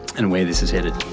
and where this is headed.